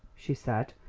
she said,